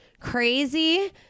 crazy